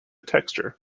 texture